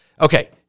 Okay